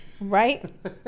Right